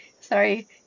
Sorry